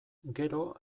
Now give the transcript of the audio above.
gero